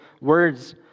words